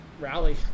rally